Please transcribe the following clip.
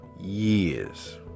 years